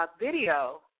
video